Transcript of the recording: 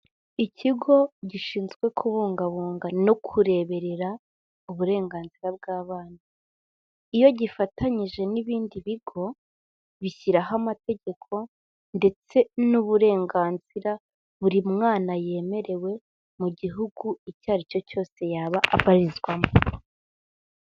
Ikigo gishinzwe kubungabunga no kureberera uburenganzira bw'abana, iyo gifatanyije n'ibindi bigo bishyiraho amategeko ndetse n'uburenganzira buri mwana yemerewe mu gihugu icyo ari cyo cyose yaba abarizwamo.